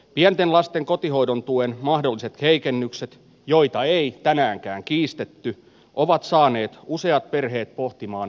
pienten lasten kotihoidon tuen mahdolliset heikennykset joita ei tänäänkään kiistetty ovat saaneet useat perheet pohtimaan tulevaisuuttaan